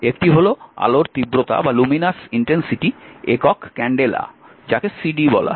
একটি হল আলোর তীব্রতার একক ক্যান্ডেলা যাকে সিডি বলা হয়